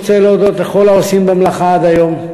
אני רוצה להודות לכל העושים במלאכה עד היום,